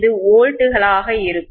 இது வோல்ட்டுகளாக இருக்கும்